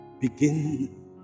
Begin